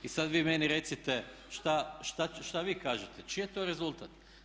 I sad vi meni recite što vi kažete, čiji je to rezultat?